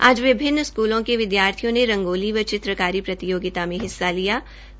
आज विभिन्न स्कूलों के विद्यालयों ने रंगोली व चित्रकारी प्रतियोगिता में हिस्सा लियसा